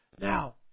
Now